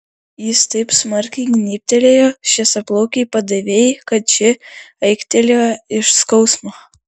jis taip smarkiai gnybtelėjo šviesiaplaukei padavėjai kad ši aiktelėjo iš skausmo